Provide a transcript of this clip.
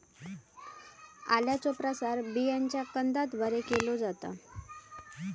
आल्याचो प्रसार बियांच्या कंदाद्वारे केलो जाता